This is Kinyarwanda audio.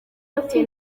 bafite